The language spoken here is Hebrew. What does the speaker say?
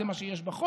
זה מה שיש בחוק,